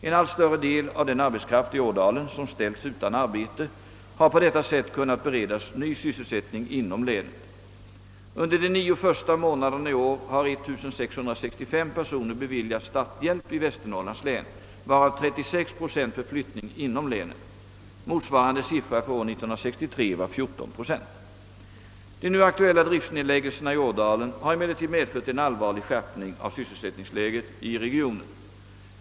En allt större del av den arbetskraft i Ådalen, som ställts utan arbete, har på detta sätt kunnat beredas ny sysselsättning inom länet. Under de 9 första månaderna i år har 1665 personer beviljats starthjälp i Västernorrlands län, varav 36 procent för flyttning inom länet. Motsvarande siffra för år 1963 var 14 procent. De nu aktuella driftnedläggelserna i Ådalen har emellertid medfört en allvarlig skärpning av sysselsättningsläget i regionen.